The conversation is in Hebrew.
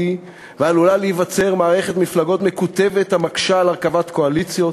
ועלולה להיווצר מערכת מפלגות מקוטבת המקשה על הרכבת קואליציות.